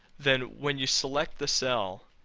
then when you select the cell,